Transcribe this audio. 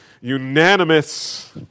unanimous